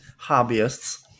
hobbyists